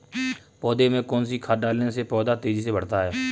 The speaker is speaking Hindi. पौधे में कौन सी खाद डालने से पौधा तेजी से बढ़ता है?